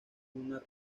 una